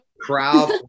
crowd